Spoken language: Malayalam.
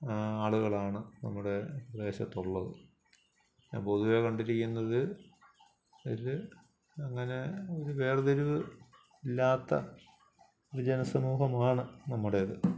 ആളുകളാണ് നമ്മുടെ പ്രദേശത്തുള്ളത് ഞാൻ പൊതുവേ കണ്ടിരിക്കുന്നത് ഒരു അങ്ങനെ ഒരു വേർതിരിവ് ഇല്ലാത്ത ഒരു ജനസമൂഹമാണ് നമ്മുടേത്